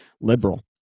liberal